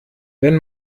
wenn